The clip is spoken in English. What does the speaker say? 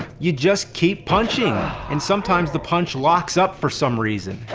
you just keep punching, and sometimes the punch locks up for some reason.